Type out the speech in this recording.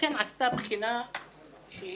ולכן עשתה בחינה שהיא